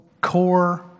core